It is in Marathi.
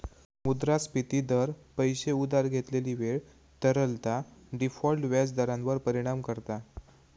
मुद्रास्फिती दर, पैशे उधार घेतलेली वेळ, तरलता, डिफॉल्ट व्याज दरांवर परिणाम करता